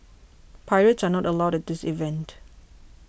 pirates are not allowed at this event